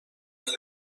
بالا